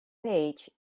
page